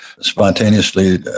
spontaneously